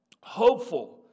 hopeful